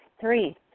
Three